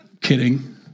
Kidding